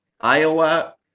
Iowa